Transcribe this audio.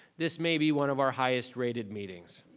this may be one of our highest rated meetings.